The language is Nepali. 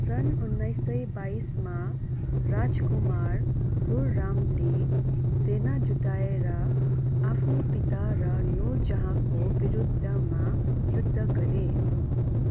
सन् उन्नाइस सय बाइसमा राजकुमार खुररामले सेना जुटाएर आफ्नै पिता र नूरजहाँको विरुद्धमा युद्ध गरे